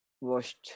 washed